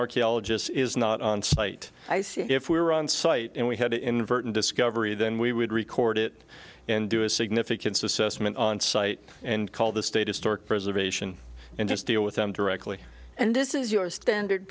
archaeologist is not on site i see if we were on site and we had to invert and discovery then we would record it and do a significance assessment on site and call the state historic preservation and just deal with them directly and this is your standard